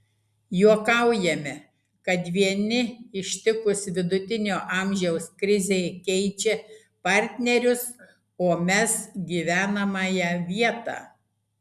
juokaujame kad vieni ištikus vidutinio amžiaus krizei keičia partnerius o mes gyvenamąją vietą